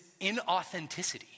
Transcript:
inauthenticity